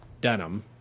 denim